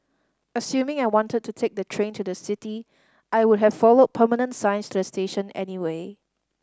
assuming I wanted to take the train to the city I would have followed permanent signs to the station anyway